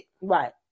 Right